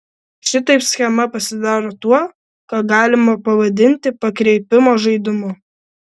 šitaip schema pasidaro tuo ką galima pavadinti pakreipimo žaidimu